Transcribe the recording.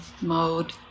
mode